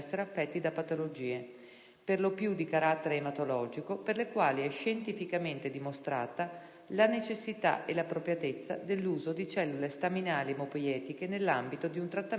per lo più di carattere ematologico, per le quali è scientificamente dimostrata la necessità e l'appropriatezza dell'uso di cellule staminali emopoietiche nell'ambito di un trattamento trapiantologico.